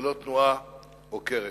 ולא תנועה עוקרת.